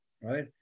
right